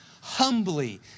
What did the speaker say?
humbly